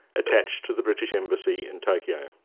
attached to the british embassy in tokyo.